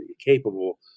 capable